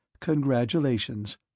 Congratulations